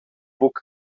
buca